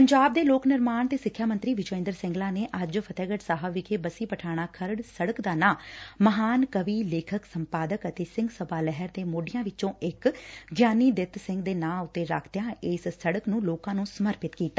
ਪੰਜਾਬ ਦੇ ਲੋਕ ਨਿਰਮਾਣ ਤੇ ਸਿੱਖਿਆ ਮੰਤਰੀ ਵਿਜੈ ਇੰਦਰ ਸਿੰਗਲਾ ਨੇ ਅੱਜ ਫਤਹਿਗੜ ਸਾਹਿਬ ਵਿਖੇ ਬੱਸੀ ਪਠਾਣਾ ਖਰੜ ਸੜਕ ਦਾ ਨਾ ਮਹਾਨ ਕਵੀ ਲੇਖਕ ਸੰਪਾਦਕ ਅਤੇ ਸੰਘ ਸਭਾ ਲਹਿਰ ਦੇ ਮੋਢੀਆ ਵਿਚੋਂ ਇਕ ਗਿਆਨੀ ਦਿੱਤ ਸੰਘ ਦੇ ਨਾ ਉਤੇ ਰਖਦਿਆਂ ਇਸ ਸੜਕ ਨੁੰ ਲੋਕਾਂ ਨੁੰ ਸਮਰਪਿਤ ਕੀਤਾ